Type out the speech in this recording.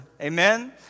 Amen